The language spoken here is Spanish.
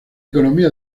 economía